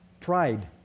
pride